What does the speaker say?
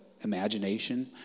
imagination